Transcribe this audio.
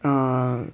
um